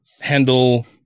handle